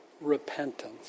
repentance